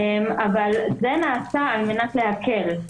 אבל זה נעשה על מנת להקל.